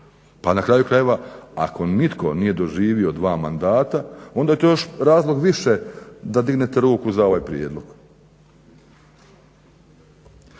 Pa na kraju krajeva ako nitko nije doživio dva mandata onda je to još razlog više da dignete ruku za ovaj prijedlog.